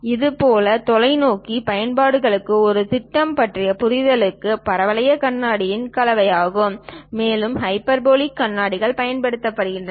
இதேபோல் தொலைநோக்கி பயன்பாடுகளுக்கும் ஒரு திட்டத்தைப் பற்றிய புரிதலுக்கும் பரவளைய கண்ணாடியின் கலவையாகும் மேலும் ஹைபர்போலிக் கண்ணாடிகள் பயன்படுத்தப்படும்